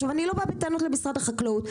עכשיו אני לא באה בטענות למשרד החקלאות,